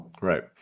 Right